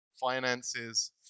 finances